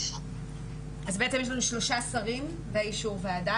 אז בעצם יש לנו שלושה שרים ואישור ועדה